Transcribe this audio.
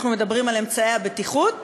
אנחנו מדברים על אמצעי הבטיחות